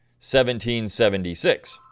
1776